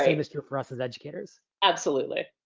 same is true for us as educators. absolutely.